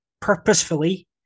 purposefully